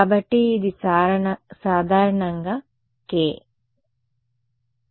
కాబట్టి ఇది సాధారణంగా k సరే